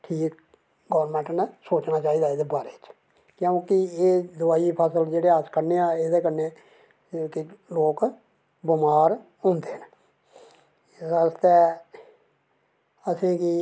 भी गौरमैंट नै सोचना चाहिदा एह्दे बारै च क्योंकि एह् दोआई जेह्ड़ी अस खन्ने आं एह्दे कन्नै एह् जेह्के लोग बमार होंदे न एह्दे आस्तै असें गी